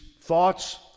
thoughts